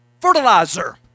fertilizer